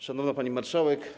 Szanowna Pani Marszałek!